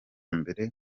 mbere